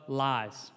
lies